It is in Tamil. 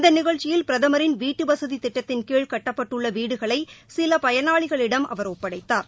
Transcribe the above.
இந்த நிகழ்ச்சியில் பிரதமரின் வீட்டுவசதி திட்டத்தின் கீழ் கட்டப்பட்டுள்ள வீடுகளை சில பயனாளிகளிடம் அவர் ஒப்படைத்தார்